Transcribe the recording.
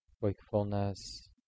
wakefulness